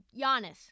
Giannis